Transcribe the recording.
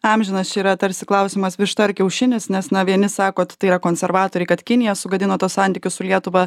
amžinas čia yra tarsi klausimas višta ar kiaušinis nes na vieni sakot tai yra konservatoriai kad kinija sugadino tuos santykius su lietuva